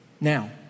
Now